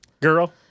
Girl